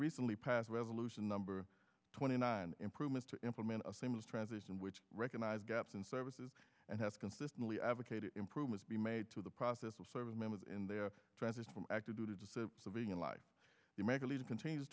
recently passed a revolution number twenty nine improvement to implement a famous transition which recognized gaps in services and have consistently advocated improvements be made to the process of service members in their transition from active duty to civilian life to make a leader continues